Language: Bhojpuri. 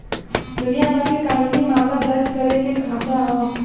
दुनिया भर के कानूनी मामला दर्ज करे के खांचा हौ